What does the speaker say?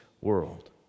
world